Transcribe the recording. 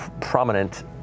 prominent